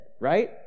right